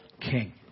king